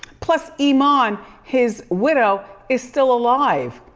plus, iman, his widow, is still alive.